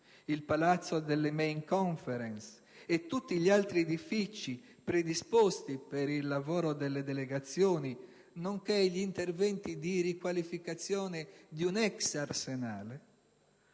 il palazzo della «Main Conference» e tutti gli altri edifici predisposti per il lavoro delle delegazioni, nonché gli interventi di riqualificazione dell'ex Arsenale